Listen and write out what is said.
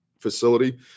facility